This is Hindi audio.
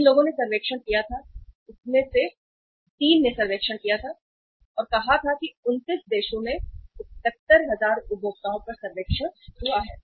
जिन लोगों ने सर्वेक्षण किया था उनमें से तीन ने सर्वेक्षण किया था और कहा था कि 29 देशों में 71000 उपभोक्ताओं पर सर्वेक्षण हुआ है